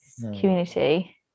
community